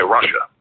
Russia